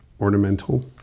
ornamental